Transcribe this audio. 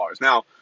Now